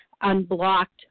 unblocked